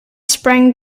sprang